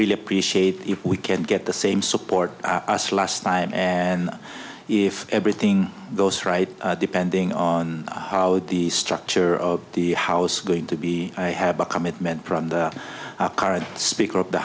really appreciate if we can get the same support us last time and if everything goes right depending on how the structure of the house going to be i have a commitment from the current speaker of the